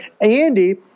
Andy